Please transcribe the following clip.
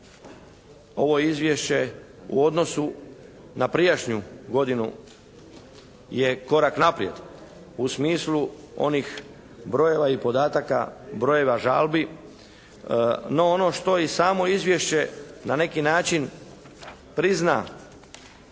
ovo izvješće u odnosu na prijašnju godinu je korak naprijed u smislu onih brojeva i podataka, brojeva žalbi no ono što i samo izvješće na neki način prizna da nije